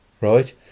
right